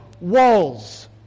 walls